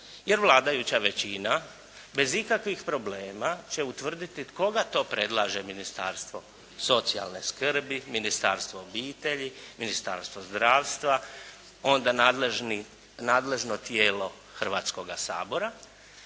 jer vladajuća većina bez ikakvih problema će utvrditi koga to predlaže Ministarstvo socijalne skrbi, Ministarstvo obitelji, Ministarstvo zdravstva, onda nadležno tijelo Hrvatskoga sabora